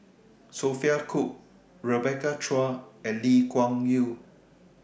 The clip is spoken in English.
Sophia Cooke Rebecca Chua and Lee Kuan Yew